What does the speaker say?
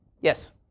Yes